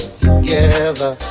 together